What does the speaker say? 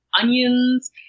Onions